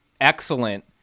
excellent